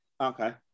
Okay